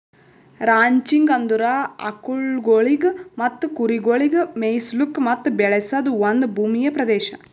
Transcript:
ranching ಅಂದುರ್ ಆಕುಲ್ಗೊಳಿಗ್ ಮತ್ತ ಕುರಿಗೊಳಿಗ್ ಮೆಯಿಸ್ಲುಕ್ ಮತ್ತ ಬೆಳೆಸದ್ ಒಂದ್ ಭೂಮಿಯ ಪ್ರದೇಶ